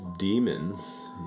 Demons